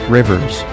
Rivers